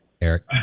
Eric